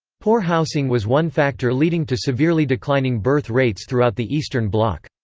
poor housing was one factor leading to severely declining birth rates throughout the eastern bloc.